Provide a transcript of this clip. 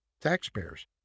taxpayers